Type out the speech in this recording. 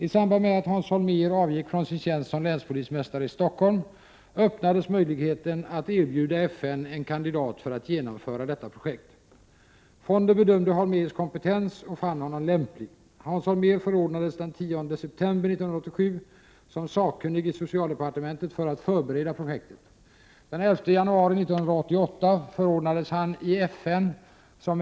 I samband med att Hans Holmér avgick från sin tjänst som länspolismästare i Stockholm öppnades möjligheten att erbjuda FN en kandidat för att genomföra detta projekt. Fonden bedömde Holmérs kompetens och fann honom lämplig. Hans Holmér förordnades den 10 september 1987 som sakkunnig i socialdepartementet för att förbereda projektet. Den 11 januari 1988 förordnades han i FN som expert för att under åtta Prot.